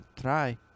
Try